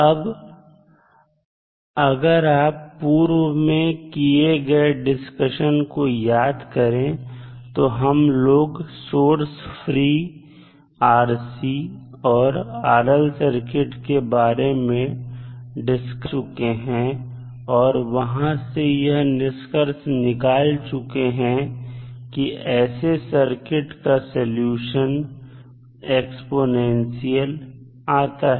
अब अगर आप पूर्व में किए गए डिस्कशन को याद करें तो हम लोग सोर्स फ्री RC और RL सर्किट के बारे में डिस्कस कर चुके हैं और वहां से यह निष्कर्ष निकाल चुके हैं कि ऐसे सर्किट का सलूशन एक्स्पोनेंशियल आता है